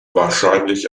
wahrscheinlich